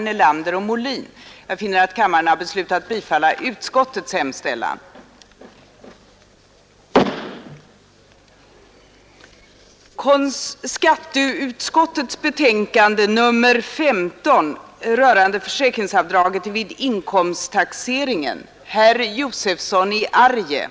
Det är också så, att den sekretess som begärs här skulle kunna omfatta jämväl ärekränkning och förtal mot tredje man, vilket ju inte kan ha varit motionärernas mening. Jag ber att få yrka bifall till utskottets hemställan.